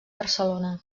barcelona